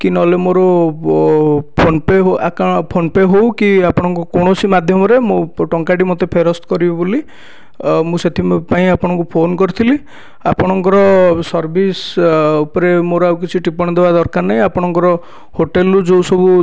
କି ନହେଲେ ମୋ'ର ଫୋନପେ ଫୋନପେ ହେଉ କି କୌଣସି ମାଧ୍ୟମରେ ମୋ' ଟଙ୍କାଟି ମୋତେ ଫେରସ୍ତ କରିବେ ବୋଲି ମୁଁ ସେଥିପାଇଁ ଆପଣଙ୍କୁ ଫୋନ କରିଥିଲି ଆପଣଙ୍କର ସର୍ଭିସ ଉପରେ ମୋର ଆଉ କିଛି ଟିପ୍ପଣୀ ଦେବା ଦରକାର ନାହିଁ ଆପଣଙ୍କର ହୋଟେଲରୁ ଯେଉଁ ସବୁ